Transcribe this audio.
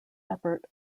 effort